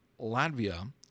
Latvia